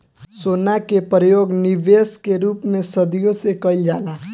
सोना के परयोग निबेश के रूप में सदियों से कईल जाला